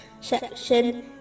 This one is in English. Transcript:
section